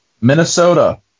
minnesota